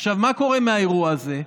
עכשיו, מה קורה מהאירוע הזה?